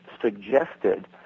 suggested